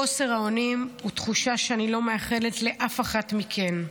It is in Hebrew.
חוסר האונים הוא תחושה שאני לא מאחלת לאף אחת מכם.